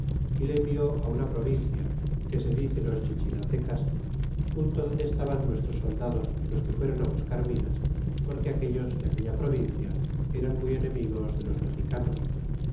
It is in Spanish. y le envió una provincia que se dice los chichtnatecas junto donde estaban nuestros soldados los que fueron buscar minas porque aquellos de aquella provincia eran muy enemigos de los mexicanos